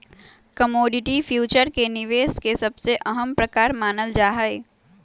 commodity future के निवेश के सबसे अहम प्रकार मानल जाहई